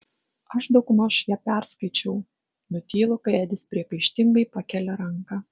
aš daugmaž ją perskaičiau nutylu kai edis priekaištingai pakelia ranką